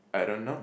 I don't know